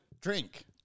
drink